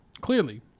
Clearly